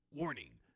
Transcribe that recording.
Warning